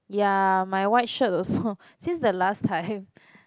ya my white shirt also since the last time